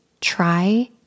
try